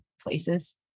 places